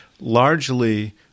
largely